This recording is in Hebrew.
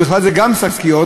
ובכלל זה גם שקיות,